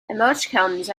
emoticons